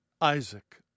Isaac